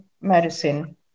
medicine